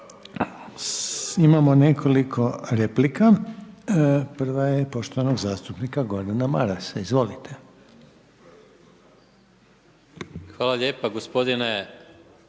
Imamo nekoliko replika. Prva je poštovanog zastupnika Gordana Marasa, izvolite. **Maras, Gordan